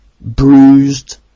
bruised